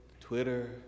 Twitter